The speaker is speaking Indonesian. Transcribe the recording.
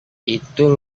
itu